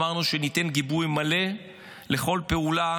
אמרנו שניתן גיבוי מלא לכל פעולה